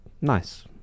nice